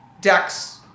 decks